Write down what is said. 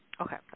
Okay